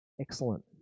excellent